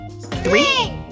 Three